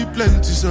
Plenty